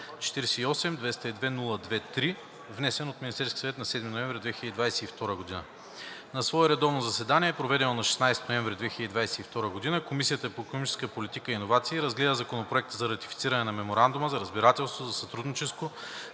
48-202-02-3, внесен от Министерския съвет на 7 ноември 2022 г. На свое редовно заседание, проведено на 16 ноември 2022 г., Комисията по икономическа политика и иновации разгледа Законопроекта за ратифициране на Меморандума за разбирателство за стратегическо